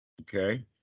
Okay